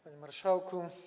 Panie Marszałku!